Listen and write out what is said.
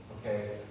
okay